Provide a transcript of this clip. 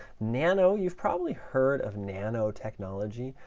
nano you've probably heard of nanotechnology.